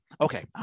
Okay